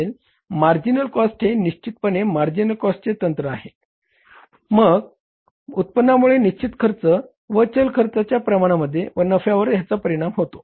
marginal costing हे निश्चितपणे marginal कॉस्टचे तंत्र आहे आणि उत्पन्नामुळे निश्चित खर्च व चल खर्चाच्या प्रमाणामध्ये व नफ्यावर याचा परिणाम होतो